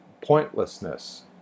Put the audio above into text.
pointlessness